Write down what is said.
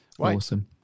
Awesome